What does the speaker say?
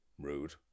Rude